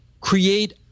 create